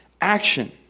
action